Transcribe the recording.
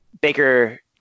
Baker